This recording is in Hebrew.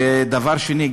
דבר שני,